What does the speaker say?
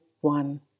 one